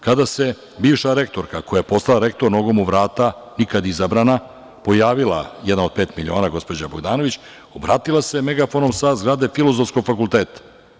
Kada se bivša rektorka, koja je postala rektor nogom u vrata, nikad izabrana, pojavila "Jedna od pet miliona", gospođa Bogdanović, obratila se megafonom sa zgrade Filozofskog fakulteta.